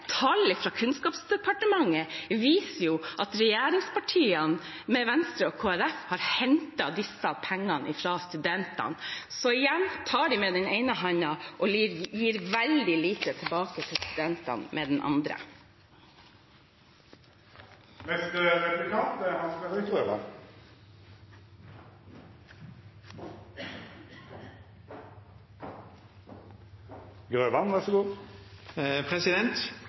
tall fra Kunnskapsdepartementet viser at regjeringspartiene, med Venstre og Kristelig Folkeparti, har hentet disse pengene fra studentene. Så igjen tar de med den ene hånden og gir veldig lite tilbake til studentene med den andre. I SVs budsjettforslag er